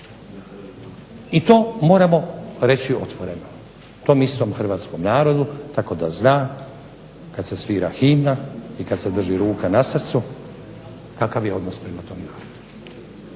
I to moramo reći otvoreno tom istom hrvatskom narodu tako da zna kada se svira himna i kada se drži ruka na srcu kakav je odnos prema tom narodu